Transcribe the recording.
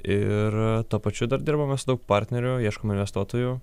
ir tuo pačiu dar dirbam mes su daug partnerių ieškom investuotojų